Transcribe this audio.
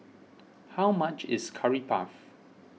how much is Curry Puff